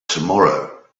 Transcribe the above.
tomorrow